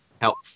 help